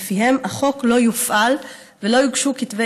שלפיהם החוק לא יופעל ולא יוגשו כתבי